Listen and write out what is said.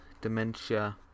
dementia